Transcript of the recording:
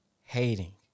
hating